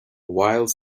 while